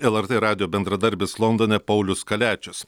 lrt radijo bendradarbis londone paulius kaliačius